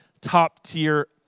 top-tier